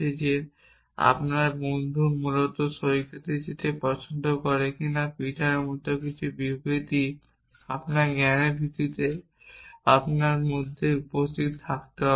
যে আপনার বন্ধুটি সমুদ্র সৈকতে যেতে পছন্দ করে কিনা পিটারের মতো কিছু বিবৃতি আপনার জ্ঞানের ভিত্তিতে আপনার মধ্যে উপস্থিত থাকতে হবে